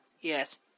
Yes